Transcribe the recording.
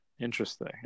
Interesting